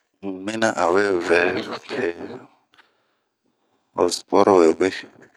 Un mina an we vɛ hee ho sipɔri we we.